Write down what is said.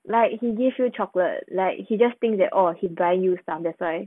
like he gives you chocolate like he just think that orh he buy new stuff that's why